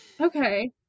Okay